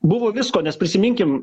buvo visko nes prisiminkim